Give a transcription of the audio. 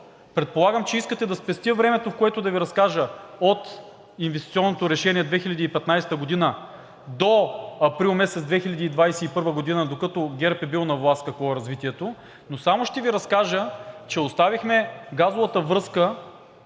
Предполагам, че искате да спестя времето, в което да Ви разкажа от инвестиционното решение 2015 г. до месец април 2021 г., докато ГЕРБ е бил на власт, какво е било развитието, но само ще Ви разкажа, че оставихме газовата връзка